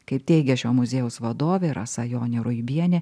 kaip teigia šio muziejaus vadovė rasa jonė ruibienė